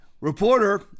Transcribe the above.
Reporter